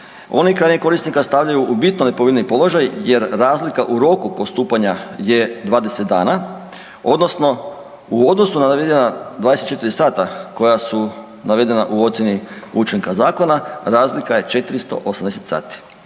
oni krajnjeg korisnika stavljaju u bitno nepovoljniji položaj jer razlika u roku postupanja je 20 dana odnosno u odnosu na navedena 24 sata koja su navedena u ocjeni učinka zakona razlika je 480 sati.